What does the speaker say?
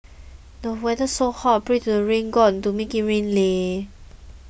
the weather's so hot pray to the rain god to make it rain leh